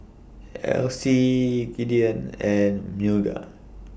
Essie Gideon and Milda